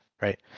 right